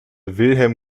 wilhelm